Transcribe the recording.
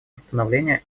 восстановления